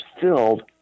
filled